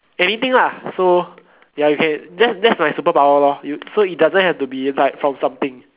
anything lah so ya you can that that's my superpower lor you so it doesn't have to be like from something